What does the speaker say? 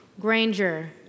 Granger